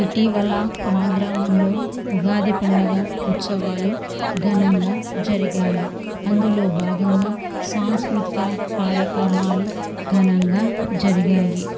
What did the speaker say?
ఇటీవల్ల మా గ్రామంలో ఉగాది పండుగ ఉత్సవాలు ఘనంగా జరిగాయి అందులో భాగంగా సాంస్కృతిక కార్యక్రమాలు ఘనంగా జరిగాయి